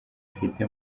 afite